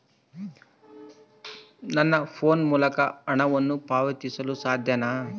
ನನ್ನ ಫೋನ್ ಮೂಲಕ ಹಣವನ್ನು ಪಾವತಿಸಲು ಸಾಧ್ಯನಾ?